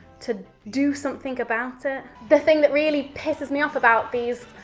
to do something about it. the thing that really pisses me off about these